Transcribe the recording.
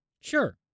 Sure